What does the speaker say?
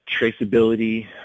traceability